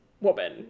woman